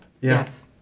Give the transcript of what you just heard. Yes